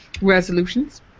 resolutions